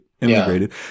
immigrated